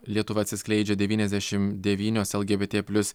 lietuva atsiskleidžia devyniasdešim devynios lgbt plius